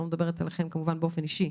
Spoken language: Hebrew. אני לא מדברת עליכן כמובן באופן אישי.